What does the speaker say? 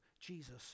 Jesus